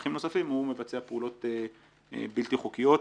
רווחים נוספים, הוא מבצע פעולות בלתי חוקיות.